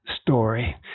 story